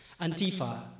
Antifa